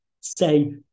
say